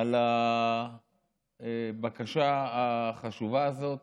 על הבקשה החשובה הזאת